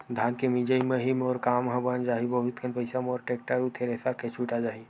धान के मिंजई म ही मोर काम ह बन जाही बहुत कन पईसा मोर टेक्टर अउ थेरेसर के छुटा जाही